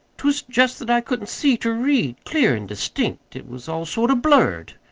t was just that i couldn't see ter read clear an distinct. it was all sort of blurred.